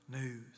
news